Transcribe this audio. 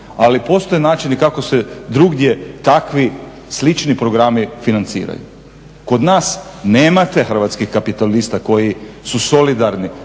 Ali postoje načini kako se drugdje takvi slični programi financiraju. Kod nas nemate hrvatskih kapitalista koji su solidarni,